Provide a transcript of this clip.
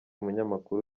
umunyamakuru